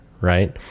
right